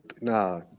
nah